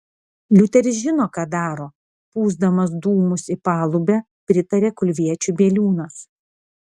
liuteris žino ką daro pūsdamas dūmus į palubę pritarė kulviečiui bieliūnas